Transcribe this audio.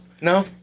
no